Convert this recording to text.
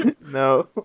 No